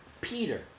Peter